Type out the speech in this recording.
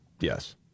Yes